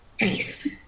nice